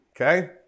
Okay